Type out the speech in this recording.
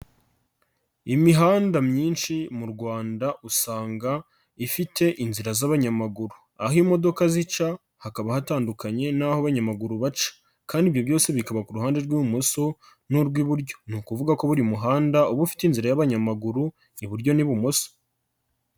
Imihanda myinshi mu Rwanda usanga ifite inzira z'abanyamaguru, aho imodoka zica hakaba hatandukanye n'aho abanyamaguru baca, kandi ibyo byose bikaba ku ruhande rw'ibumoso n'urw'iburyo, ni ukuvuga ko buri muhanda uba ufite inzira y'abanyamaguru iburyo n'ibumoso.